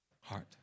heart